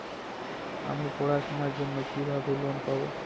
আমি পড়াশোনার জন্য কিভাবে লোন পাব?